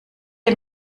ihr